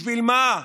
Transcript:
בשביל מה?